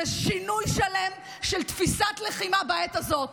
זה שינוי שלם של תפיסת לחימה בעת הזאת.